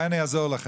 אני אעזור לכם.